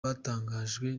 batangajwe